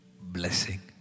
blessing